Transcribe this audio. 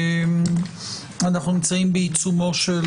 אנחנו נמצאים בעיצומו של